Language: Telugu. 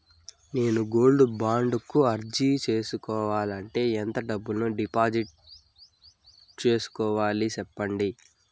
నేను గోల్డ్ బాండు కు అర్జీ సేసుకోవాలంటే ఎంత డబ్బును డిపాజిట్లు సేసుకోవాలి సెప్పండి